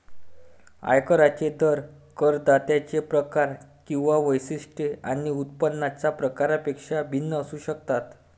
आयकरांचे दर करदात्यांचे प्रकार किंवा वैशिष्ट्ये आणि उत्पन्नाच्या प्रकारापेक्षा भिन्न असू शकतात